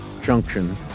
junction